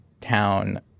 town